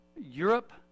Europe